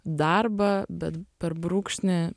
darbą bet per brūkšnį